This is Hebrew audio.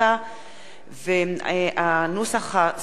והנוסח הסופי יובא להצבעה בכנסת.